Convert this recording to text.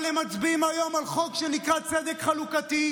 אבל הם מצביעים היום על חוק שנקרא צדק חלוקתי,